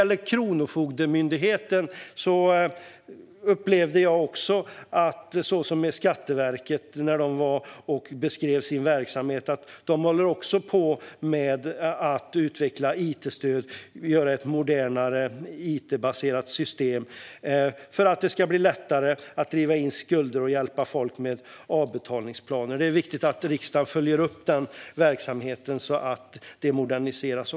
När Kronofogdemyndigheten beskrev sin verksamhet för oss upplevde jag att även de, i likhet med Skatteverket, håller på med att utveckla it-stöd och skapa ett modernare it-baserat system. Syftet är att det ska bli lättare att driva in skulder och hjälpa folk med avbetalningsplaner. Det är viktigt att riksdagen följer upp den verksamheten, så att den moderniseras.